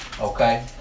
Okay